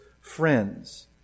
friends